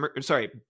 Sorry